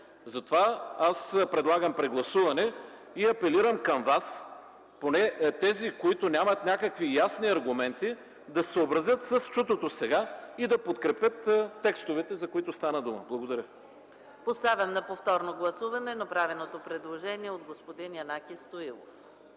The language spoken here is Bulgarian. Затова аз предлагам прегласуване и апелирам към Вас поне тези, които нямат някакви ясни аргументи, да се съобразят с чутото сега и да подкрепят текстовете, за които стана дума. Благодаря. ПРЕДСЕДАТЕЛ ЕКАТЕРИНА МИХАЙЛОВА: Поставям на повторно гласуване направеното предложение от господин Янаки Стоилов.